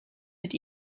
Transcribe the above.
mit